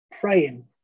praying